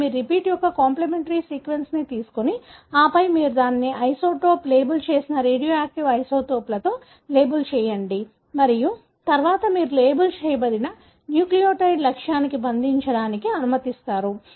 ఇది మీరు రిపీట్ యొక్క కాంప్లిమెంటరీ సీక్వెన్స్ని తీసుకొని ఆపై మీరు దానిని ఐసోటోప్ లేబుల్ చేసిన రేడియోయాక్టివ్ ఐసోటోప్లతో లేబుల్ చేయండి మరియు తర్వాత మీరు లేబుల్ చేయబడిన న్యూక్లియోటైడ్ని లక్ష్యానికి బంధించడానికి అనుమతిస్తారు